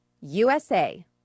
USA